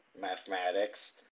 mathematics